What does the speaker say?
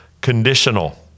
conditional